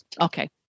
Okay